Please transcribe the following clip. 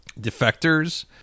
defectors